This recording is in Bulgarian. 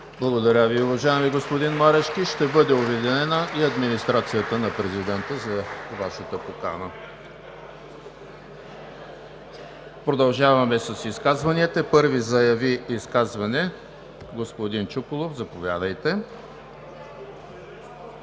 Благодаря Ви, уважаеми господин Марешки. Ще бъде уведомена Администрацията на Президента за Вашата покана. Продължаваме с изказванията. Първи заяви изказване господин Чуколов – заповядайте.